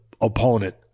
opponent